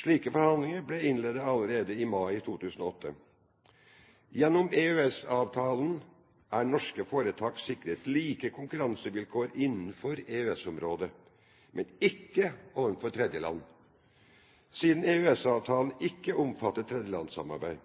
Slike forhandlinger ble innledet allerede i mai 2008. Gjennom EØS-avtalen er norske foretak sikret like konkurransevilkår innenfor EØS-området, men ikke overfor tredjeland, siden EØS-avtalen ikke omfatter tredjelandssamarbeid.